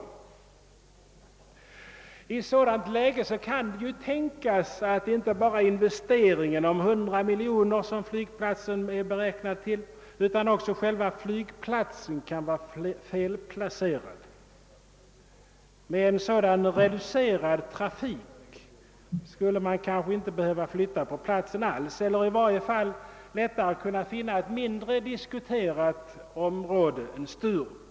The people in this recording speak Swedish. I ett sådant läge kan det tänkas, att inte bara den investering på 100 miljoner kronor som flygplatsen beräknas kräva utan även själva flygplatsen kan vara felplacerade. Med en på detta sätt reducerad trafik skulle man kanske inte alls behöva flytta på flygplatsen eller i varje fall borde man kanske försöka finna ett mindre omdiskuterat område än Sturup.